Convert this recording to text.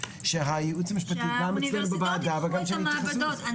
אז שהייעוץ המשפטי גם אצלנו בוועדה יתייחסו לזה.